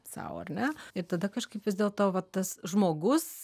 sau ar ne ir tada kažkaip vis dėlto va tas žmogus